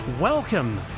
Welcome